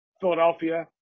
Philadelphia –